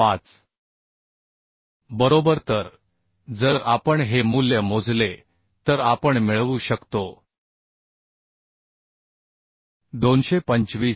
5 बरोबर तर जर आपण हे मूल्य मोजले तर आपण मिळवू शकतो 225